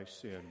sin